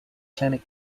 clinic